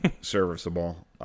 serviceable